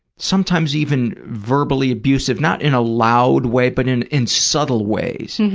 sometimes even verbally abusive, not in a loud way but in in subtle ways